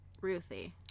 Ruthie